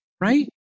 Right